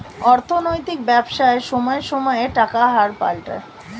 অর্থনৈতিক ব্যবসায় সময়ে সময়ে টাকার হার পাল্টায়